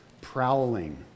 prowling